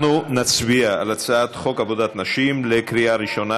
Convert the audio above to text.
אנחנו נצביע על חוק עבודת נשים בקריאה ראשונה.